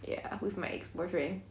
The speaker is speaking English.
ya with my ex boyfriend